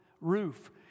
roof